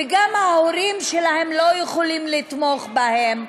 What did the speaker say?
וגם ההורים שלהם לא יכולים לתמוך בהם.